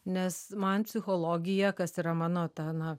nes man psichologija kas yra mano ta na